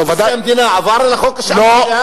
נשיא המדינה עבר על החוק כשאמר דעה?